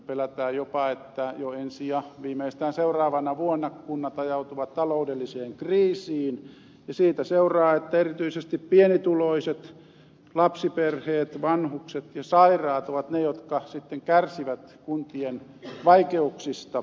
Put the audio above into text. pelätään jopa että jo ensi ja viimeistään seuraavana vuonna kunnat ajautuvat taloudelliseen kriisiin josta seuraa että erityisesti pienituloiset lapsiperheet vanhukset ja sairaat ovat ne jotka sitten kärsivät kuntien vaikeuksista